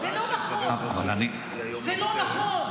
זה לא נכון, זה לא נכון.